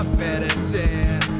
medicine